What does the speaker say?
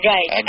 Right